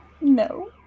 No